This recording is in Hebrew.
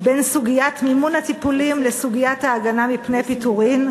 בין סוגיית מימון הטיפולים לסוגיית ההגנה מפני פיטורין,